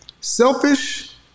Selfish